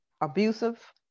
abusive